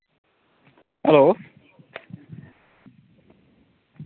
hello